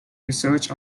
research